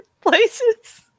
places